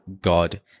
God